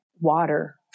water